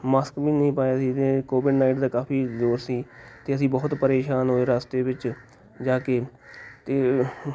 mask ਵੀ ਨਹੀਂ ਪਾਇਆ ਸੀ ਅਤੇ ਕੋਵਿਡ ਨਾਈਟੀ ਦਾ ਕਾਫ਼ੀ ਜ਼ੋਰ ਸੀ ਅਤੇ ਅਸੀਂ ਬਹੁਤ ਪਰੇਸ਼ਾਨ ਹੋਏ ਰਸਤੇ ਵਿੱਚ ਜਾ ਕੇ ਅਤੇ